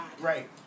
Right